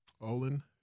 Olin